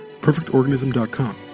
perfectorganism.com